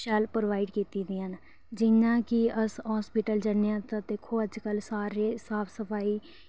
शैल प्रोवाइड कीती दियां न जि'यां कि अस्स हास्पिटल जन्ने आं ते दिक्खो अज्ज कल्ल सारे साफ सफाई